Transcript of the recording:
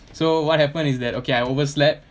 so what happened is that okay I overslept